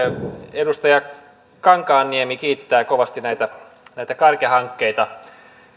edustaja kankaanniemi kiittää kovasti näitä näitä kärkihankkeita